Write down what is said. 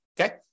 okay